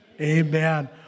Amen